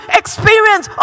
experience